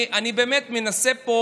אני באמת מנסה פה